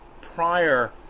prior